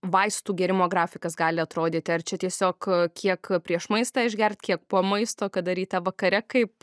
vaistų gėrimo grafikas gali atrodyti ar čia tiesiog kiek prieš maistą išgert kiek po maisto kada ryte vakare kaip